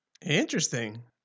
interesting